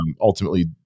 ultimately